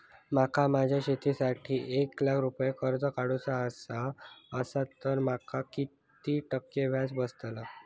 माका माझ्या शिक्षणासाठी एक लाख रुपये कर्ज काढू चा असा तर माका किती टक्के व्याज बसात?